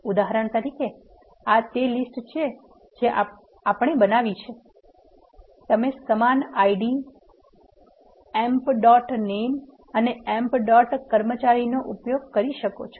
ઉદાહરણ તરીકે આ તે જ લીસ્ટ છે જે અમે બનાવી છે તમે સમાન ID એમ્પ ડોટ નામ અને એમ્પ ડોટ કર્મચારી નો ઉપયોગ કરી શકો છો